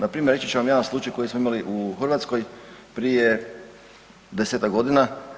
Npr. reći ću vam jedan slučaj koji smo imali u Hrvatskoj prije desetak godina.